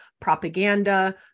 propaganda